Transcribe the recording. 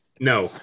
No